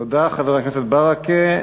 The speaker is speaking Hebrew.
תודה, חבר הכנסת ברכה.